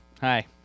Hi